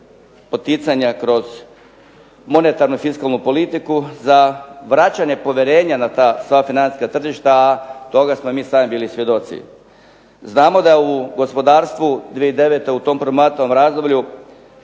poticanja kroz monetarnu i fiskalnu politiku za vraćanje povjerenja na ta sva financijska tržišta, a toga smo i mi sami bili svjedoci. Znamo da u gospodarstvu 2009., u tom problematičnom razdoblju